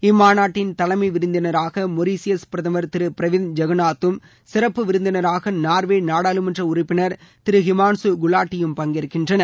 இம்மாநாட்டின் தலைமை விருந்தினராக மொரீஷியஸ் பிரதமர் திரு பிரவிந்த் ஜெகநாததும் சிறப்பு விருந்தினராக நார்வே நாடாளுமன்ற உறுப்பினர் திரு ஹிமாள்ஷு குவாட்டியும் பங்கேற்கின்றனர்